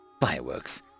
fireworks